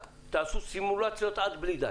תעשו סימולציות עד בלי די,